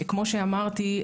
כמו שאמרתי,